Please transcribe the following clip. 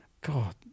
God